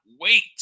wait